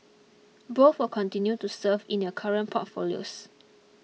both will continue to serve in their current portfolios